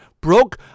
broke